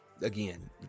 Again